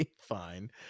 fine